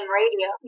radio